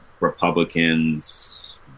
republicans